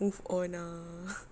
move on ah